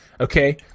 okay